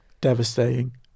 devastating